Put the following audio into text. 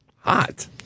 Hot